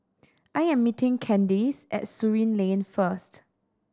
I am meeting Candace at Surin Lane first